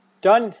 Done